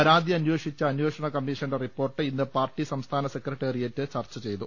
പരാതി അന്വേ ഷിച്ച അന്വേഷണ കമ്മീഷന്റെ റിപ്പോർട്ട് ഇന്ന് പാർട്ടി സംസ്ഥാന സെക്രട്ടേറിയറ്റ് ചർച്ച ചെയ്തു